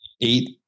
eight